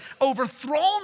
overthrown